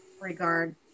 regard